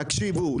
תקשיבו,